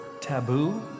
taboo